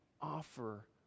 offer